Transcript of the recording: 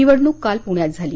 निवडणूक काल पुण्यात झाली